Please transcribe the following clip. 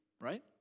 right